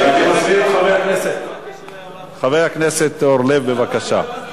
אני מזמין את חבר הכנסת אורלב, בבקשה.